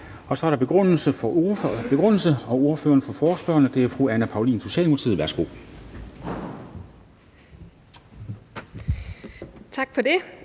Så er det begrundelse fra ordføreren for forespørgerne. Det er fru Anne Paulin, Socialdemokratiet. Værsgo. Kl.